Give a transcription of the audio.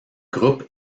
groupe